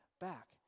back